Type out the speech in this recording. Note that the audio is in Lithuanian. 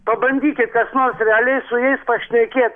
pabandykit kas nors realiai su jais pašnekėt